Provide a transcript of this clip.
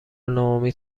ناامید